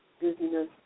busyness